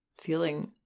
Feeling